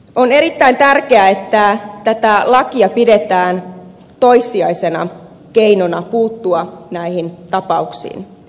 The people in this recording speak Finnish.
on erittäin tärkeää että tätä lakia pidetään toissijaisena keinona puuttua näihin tapauksiin